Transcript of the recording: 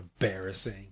embarrassing